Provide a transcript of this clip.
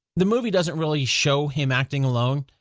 the movie doesn't really show him acting alone,